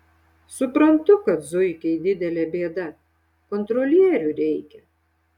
suprantu kad zuikiai didelė bėda kontrolierių reikia